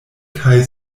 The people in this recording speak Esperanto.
kaj